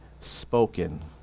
spoken